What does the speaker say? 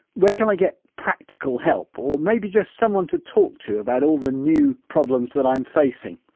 where can i get practical help or maybe just someone to talk to about all the new problems that i'm facing.